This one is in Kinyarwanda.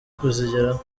kuzigeraho